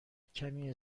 کمی